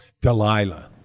delilah